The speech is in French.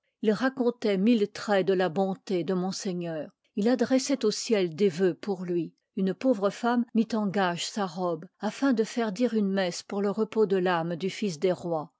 il racontait mille traits de la bonté de monseigneur il adressoit ju ciel ds voeux pqur lui une pauvre femme mit en gage sa robe afin de faire dire une messe pour le repos de l'âme du fils des rois